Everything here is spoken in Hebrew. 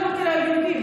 לא דיברתי על היהודים.